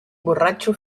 borratxo